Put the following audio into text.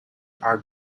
are